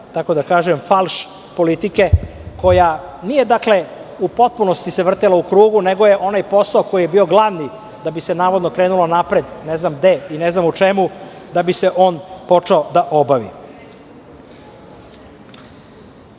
tako da kažem, falš politike, koja se nije u potpunosti vrtela u krugu, nego onaj posao koji je bio glavni da bi se navodno krenulo napred, ne znam gde i ne znam u čemu, da bi se on počeo